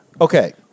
Okay